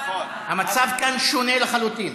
המצב כאן שונה לחלוטין.